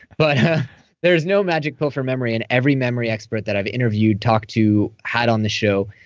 but there's no magic pill for memory. and every memory expert that i've interviewed, talked to, had on the show,